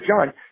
John